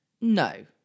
No